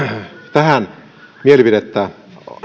tähän mielipidettä